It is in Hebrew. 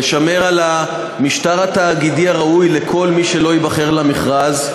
נשמור על המשטר התאגידי הראוי לכל מי שלא ייבחר במכרז,